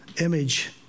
image